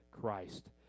Christ